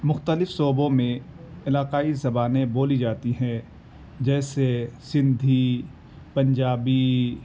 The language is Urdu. مختلف شعبوں میں علاقائی زبانیں بولی جاتی ہیں جیسے سندھی پنجابی